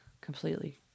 completely